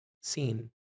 seen